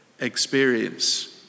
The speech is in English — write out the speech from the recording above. experience